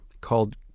called